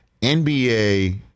NBA